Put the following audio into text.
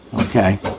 Okay